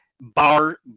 bar